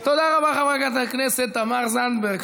רבה חברת הכנסת תמר זנדברג.